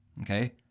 Okay